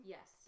Yes